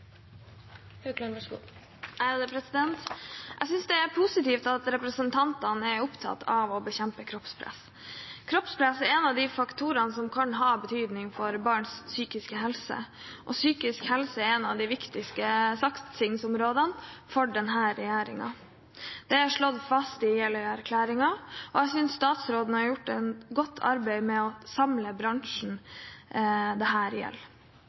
positivt at representantene er opptatt av å bekjempe kroppspress. Kroppspress er en av de faktorene som kan ha betydning for barns psykiske helse, og psykisk helse er en av de viktigste satsingsområdene til denne regjeringen. Det er slått fast i Jeløya-erklæringen, og jeg synes statsråden har gjort et godt arbeid med å samle bransjen.